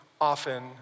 often